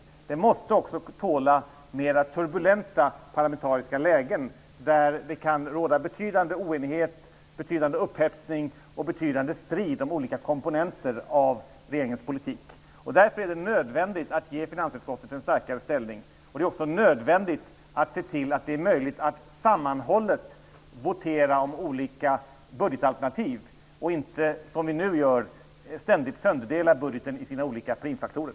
Budgetprocessen måste också tåla mera turbulenta parlamentariska lägen, där det kan vara fråga om betydande oenighet, upphetsning och strid om olika komponenter i regeringens politik. Därför är det nödvändigt att ge finansutskottet en starkare ställning. Det är också nödvändigt att se till att det är möjligt att sammanhållet votera om olika budgetalternativ. Vi skall inte göra som vi nu gör. Nu sönderdelar vi budgeten i dess olika primfaktorer.